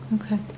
Okay